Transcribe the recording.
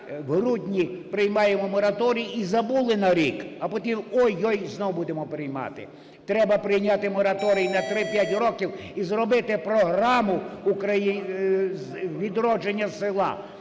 в грудні приймаємо мораторій - і забули на рік, а потім – ой-ой! - знову будемо приймати. Треба прийняти мораторій на 3-5 років і зробити програму відродження села.